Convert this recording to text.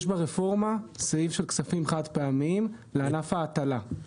יש ברפורמה סעיף של כספים חד-פעמיים לענף ההטלה.